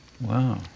Wow